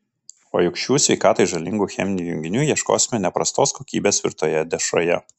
o juk šių sveikatai žalingų cheminių junginių ieškosime ne prastos kokybės virtoje dešroje